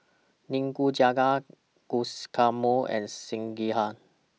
Nikujaga Guacamole and Sekihan